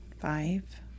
five